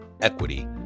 equity